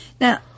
Now